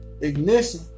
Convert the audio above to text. Ignition